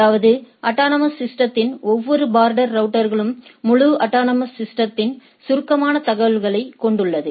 அதாவது அட்டானமஸ் சிஸ்டதின் ஒவ்வொரு பார்டர் ரவுட்டரும் முழு அட்டானமஸ் சிஸ்டதின் சுருக்கமான தகவலைக் கொண்டுள்ளது